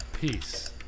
Peace